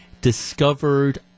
discovered